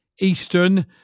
Eastern